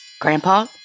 Grandpa